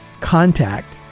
contact